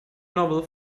novel